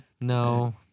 No